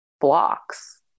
blocks